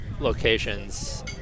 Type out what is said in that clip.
locations